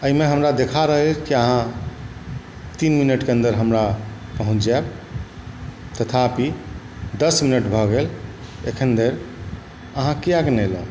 एहिमे हमरा देखा रहल जे अहाँ तीन मिनटके अन्दर अहाँ हमरा पहुँच जायब तथापि दस मिनट भऽ गेल एखन धरि अहाँ किएक नहि अयलहुँ